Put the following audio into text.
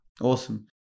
Awesome